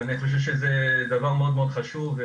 אני חושב שזה דבר מאוד מאוד חשוב.